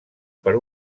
per